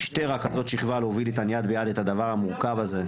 2 רכזות שכבה להוביל איתן יד ביד את הדבר המורכב הזה,